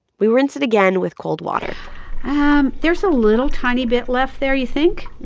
we rinse it again with cold water um there's a little tiny bit left there, you think?